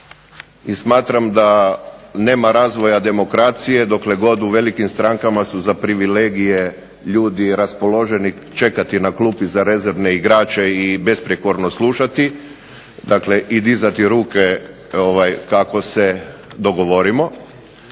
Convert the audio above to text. i smatram da nema razvoja demokracije dok god u velikim strankama su za privilegije ljudi raspoloženi čekati na klupi za rezervne igrače i besprijekorno slušati, dakle dizati ruke kako se dogovorimo,